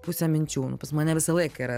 puse minčių nu pas mane visą laiką yra